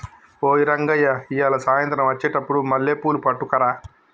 ఓయ్ రంగయ్య ఇయ్యాల సాయంత్రం అచ్చెటప్పుడు మల్లెపూలు పట్టుకరా